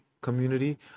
community